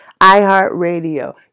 iHeartRadio